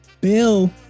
Bill